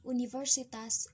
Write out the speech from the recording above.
Universitas